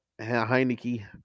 Heineke